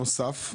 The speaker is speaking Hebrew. נוסף.